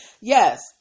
Yes